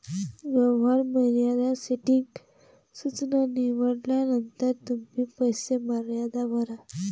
व्यवहार मर्यादा सेटिंग सूचना निवडल्यानंतर तुम्ही पैसे मर्यादा भरा